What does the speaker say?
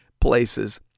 places